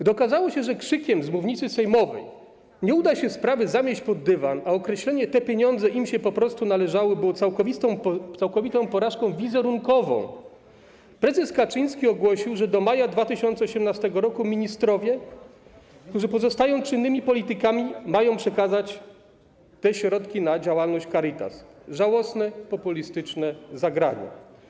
Gdy okazało się, że krzykiem z mównicy sejmowej nie uda się sprawy zamieść pod dywan, a określenie „te pieniądze im się po prostu należały” było całkowitą porażką wizerunkową, prezes Kaczyński ogłosił, że do maja 2018 r. ministrowie, którzy pozostają czynnymi politykami, mają przekazać te środki na działalność Caritasu - żałosne, populistyczne zagranie.